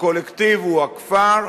הקולקטיב הוא הכפר,